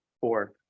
four